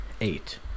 eight